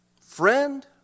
Friend